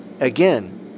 again